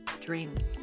dreams